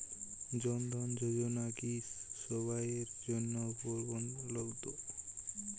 জন ধন যোজনা কি সবায়ের জন্য উপলব্ধ?